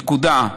נקודה.